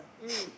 mm